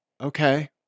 Okay